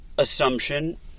assumption